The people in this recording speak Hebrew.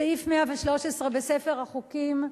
סעיף 113 בספר החוקים,